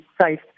safe